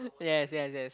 yes yes yes